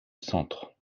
centre